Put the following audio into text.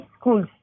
school